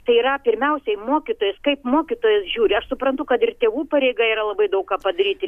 tai yra pirmiausiai mokytojas kaip mokytojas žiūri aš suprantu kad ir tėvų pareiga yra labai daug ką padaryti